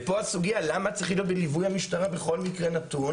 ופה הסוגיה למה צריך להיות בליווי המשטרה בכל מקרה נתון